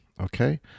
Okay